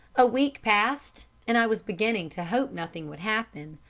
a week passed, and i was beginning to hope nothing would happen,